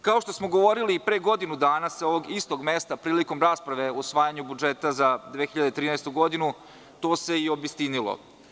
Kao što smo govorili i pre godinu dana sa ovog istog mesta prilikom rasprave o usvajanju budžeta za 2013. godinu, to se i obistinilo.